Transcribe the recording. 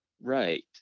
Right